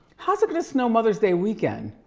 how's it gonna snow mother's day weekend?